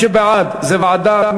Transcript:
מי שבעד זה ועדה,